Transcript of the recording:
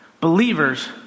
Believers